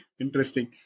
Interesting